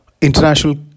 International